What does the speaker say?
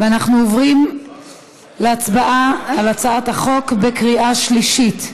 אנחנו עוברים להצבעה על הצעת החוק בקריאה שלישית.